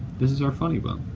this is our funny bone.